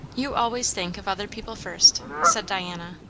you always think of other people first! said diana,